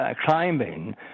climbing